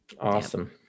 Awesome